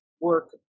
work